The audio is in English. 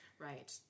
right